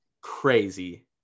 crazy